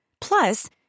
Plus